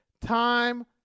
time